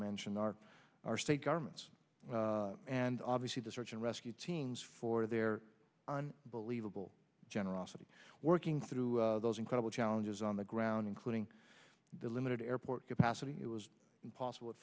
mentioned our our state governments and obviously the search and rescue teams for their believable generosity working through those incredible challenges on the ground including the limited airport capacity it was impossible at